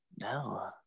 No